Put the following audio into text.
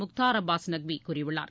முக்தார் அப்பாஸ் நக்வி கூறியுள்ளார்